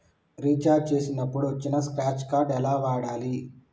Recharge చేసినప్పుడు వచ్చిన scratch card ఎలా వాడాలి?